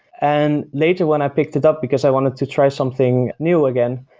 and later when i picked it up because i wanted to try something new again,